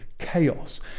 chaos